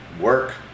work